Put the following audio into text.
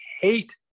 hate